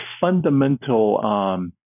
fundamental